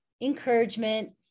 encouragement